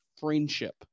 friendship